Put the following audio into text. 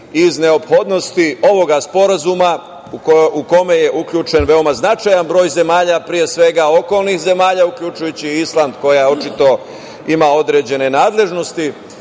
iz neophodnosti ovog sporazuma u kome je uključen veoma značaja broj zemalja, a pre svega okolnih zemalja uključujući i Island koja očito ima određene nadležnosti